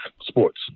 sports